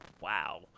wow